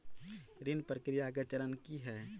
ऋण प्रक्रिया केँ चरण की है?